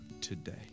today